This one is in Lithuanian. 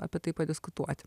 apie tai padiskutuoti